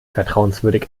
vertrauenswürdig